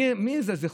מי זה?